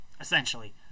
essentially